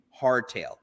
hardtail